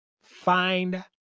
find